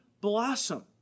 blossom